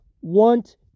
want